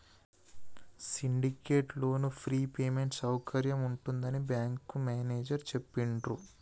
syndicate loan free payment సౌకర్యం ఉంటుందని bank manager చెప్పిండ్రు